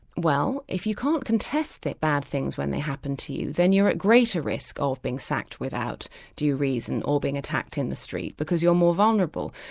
well, if you can't contest the bad things when they happen to you, then you're at greater risk of being sacked without due reason, or being attacked in the street because you're more vulnerable.